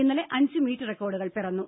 ഇന്നലെ അഞ്ച് മീറ്റ് റെക്കോർഡുകൾ പിറന്നു